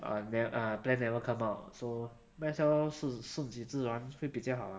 but ne~ uh plan never come out so might as well 顺其自然会比较好 lah